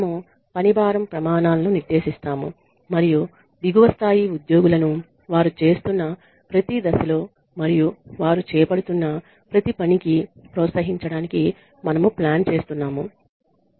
మనము పనిభారం ప్రమాణాలను నిర్దేశిస్తాము మరియు దిగువ స్థాయి ఉద్యోగులను వారు చేస్తున్న ప్రతి దశలో మరియు వారు చేపడుతున్న ప్రతి పనికి ప్రోత్సహించడానికి మనము ప్లాన్ చేస్తున్నాము